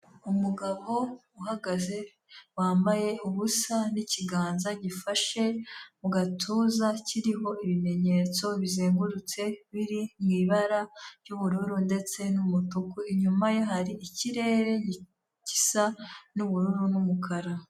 Umugabo uhagaze wambaye ubusa n'ikiganza gifashe mu gatuza kiriho ibimenyetso bizengurutse biri mu ibara ry'ubururu ndetse n'umutuku, inyuma ye hari ikirere gisa n'ubururu n'umukara.